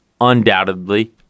undoubtedly